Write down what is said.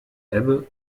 ebbe